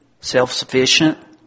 self-sufficient